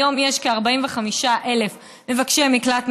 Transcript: היום יש כ-45,000 מבקשי מקלט,